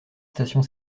station